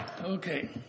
Okay